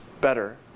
better